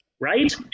Right